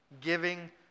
giving